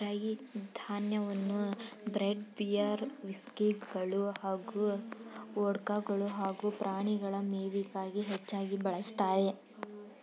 ರೈ ಧಾನ್ಯವನ್ನು bread beer ವಿಸ್ಕಿಗಳು ಹಾಗೂ ವೊಡ್ಕಗಳು ಹಾಗೂ ಪ್ರಾಣಿಗಳ ಮೇವಿಗಾಗಿ ಹೆಚ್ಚಾಗಿ ಬಳಸ್ತಾರೆ